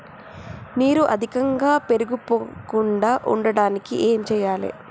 నీరు అధికంగా పేరుకుపోకుండా ఉండటానికి ఏం చేయాలి?